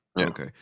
Okay